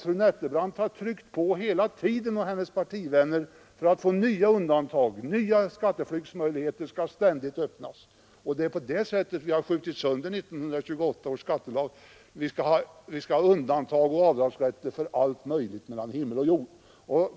Fru Nettelbrandt och henner partivänner har tryckt på hela tiden för att få nya undantag — nya skatteflyktsmöjligheter öppnas därmed ständigt. Det är på det sättet vi har skjutit sönder 1928 års skattelag; vi skall ha undantag och avdragsrätter för allt mellan himmel och jord.